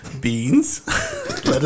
beans